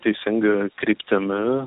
teisinga kryptimi